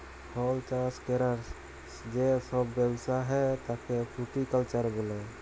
ফল চাষ ক্যরার যে বড় ব্যবসা হ্যয় তাকে ফ্রুটিকালচার বলে